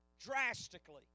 drastically